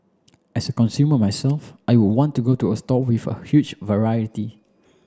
as a consumer myself I would want to go to a store with a huge variety